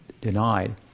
denied